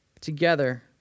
together